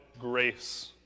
grace